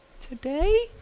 today